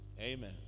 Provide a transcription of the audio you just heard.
Amen